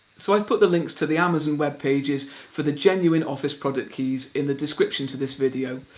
so i've put the links to the amazon web pages for the genuine office product keys in the description to this video,